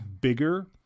bigger